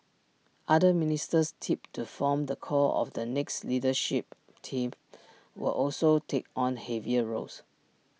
other ministers tipped to form the core of the next leadership team will also take on heavier roles